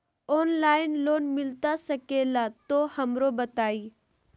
Online loan मिलता सके ला तो हमरो बताई?